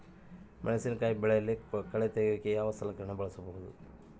ಮೆಣಸಿನಕಾಯಿ ಬೆಳೆಯಲ್ಲಿ ಕಳೆ ತೆಗಿಯೋಕೆ ಯಾವ ಸಲಕರಣೆ ಬಳಸಬಹುದು?